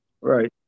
Right